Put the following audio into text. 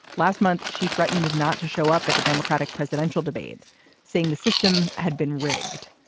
last month she threatened not to show up at the democratic presidential debate saying the system had been rigged.